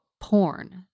porn